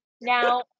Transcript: Now